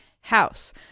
house